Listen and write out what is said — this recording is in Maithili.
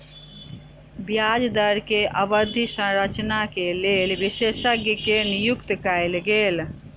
ब्याज दर के अवधि संरचना के लेल विशेषज्ञ के नियुक्ति कयल गेल